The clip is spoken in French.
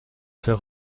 fait